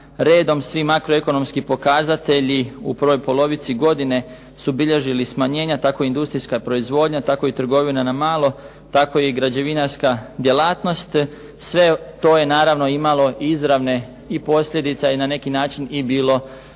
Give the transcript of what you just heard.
redom svi makroekonomski pokazatelji u prvoj polovici godine su bilježili smanjenja, tako industrijska proizvodnja, tako i trgovina na malo, tako i građevinarska djelatnost. Sve to je naravno imalo izravne i posljedice, a na neki način i bilo